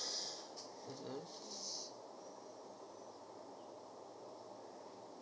mmhmm